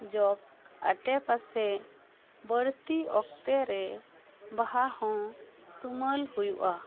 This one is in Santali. ᱡᱚᱜ ᱟᱰᱮ ᱯᱟᱥᱮ ᱵᱟᱹᱲᱛᱤ ᱚᱠᱛᱮ ᱨᱮ ᱵᱟᱦᱟ ᱦᱚᱸ ᱛᱩᱢᱟᱹᱞ ᱦᱩᱭᱩᱜᱼᱟ